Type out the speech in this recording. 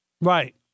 right